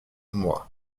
mois